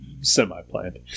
semi-planned